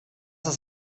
ist